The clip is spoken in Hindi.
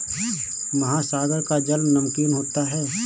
महासागर का जल नमकीन होता है